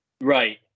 Right